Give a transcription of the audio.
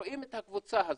רואים את הקבוצה הזאת,